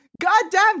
goddamn